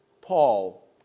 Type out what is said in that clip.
Paul